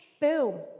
boom